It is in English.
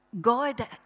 God